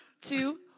two